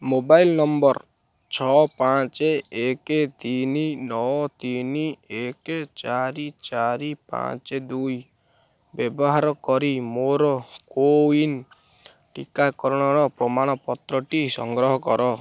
mobile number ଛଅ ପାଞ୍ଚ ଏକ ତିନି ନଅ ତିନି ଏକ ଚାରି ଚାରି ପାଞ୍ଚ ଦୁଇ ବ୍ୟବହାର କରି ମୋର କୋୱିନ୍ ଟୀକାକରଣର ପ୍ରମାଣପତ୍ରଟି ସଂଗ୍ରହ କର